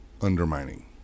undermining